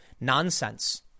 nonsense